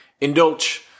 indulge